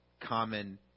common